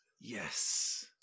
Yes